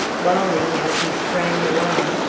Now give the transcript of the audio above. bawling, as he sprang along,